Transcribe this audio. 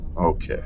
Okay